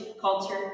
culture